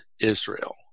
Israel